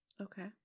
Okay